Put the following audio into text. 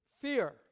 Fear